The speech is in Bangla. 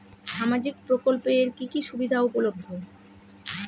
সামাজিক প্রকল্প এর কি কি সুবিধা উপলব্ধ?